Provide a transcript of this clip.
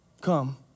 come